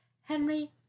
Henry